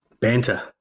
Banter